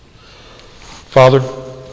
Father